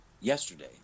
yesterday